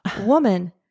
woman